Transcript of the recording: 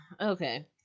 Okay